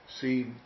see